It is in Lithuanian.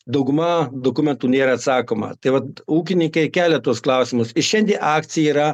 dauguma dokumentų nėra atsakoma tai vat ūkininkai kelia tuos klausimus šiandien akcija yra